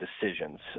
decisions